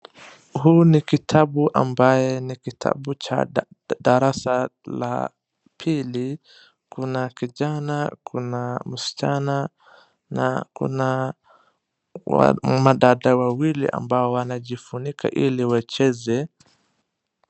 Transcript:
Huu ni kitabu ambaye ni kitabu cha darasa la pili, kuna kijana, kuna msichana na kuna madada wawili ambao wanajifunika ili wacheze.